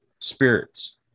spirits